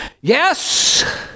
yes